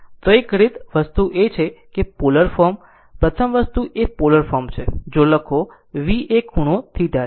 તો એક રીત એક વસ્તુ એ છે કે પોલર ફોર્મ પ્રથમ વસ્તુ એ પોલર ફોર્મ છે જો લખો v એ V ખૂણો θ છે